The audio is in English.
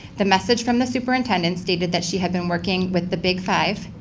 the message from the superintendent stated that she had been working with the big five,